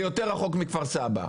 זה יותר רחוק מכפר סבא.